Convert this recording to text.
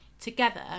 together